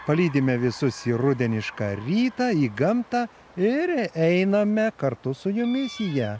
palydime visus į rudenišką rytą į gamtą ir einame kartu su jumis į ją